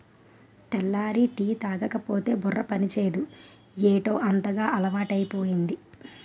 తెల్లారి టీ తాగకపోతే బుర్ర పనిచేయదు ఏటౌ అంతగా అలవాటైపోయింది